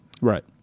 right